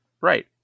Right